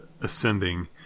ascending